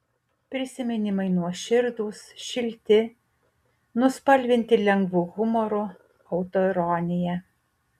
prisiminimai nuoširdūs šilti nuspalvinti lengvu humoru autoironija